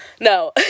No